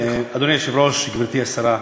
אדוני היושב-ראש, גברתי השרה,